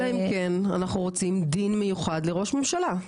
אלא אם כן אנחנו רוצים דין מיוחד לראש ממשלה.